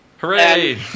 Hooray